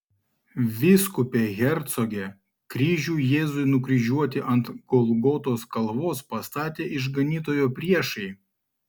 vyskupe hercoge kryžių jėzui nukryžiuoti ant golgotos kalvos pastatė išganytojo priešai